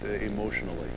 emotionally